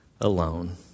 alone